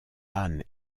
anne